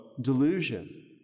delusion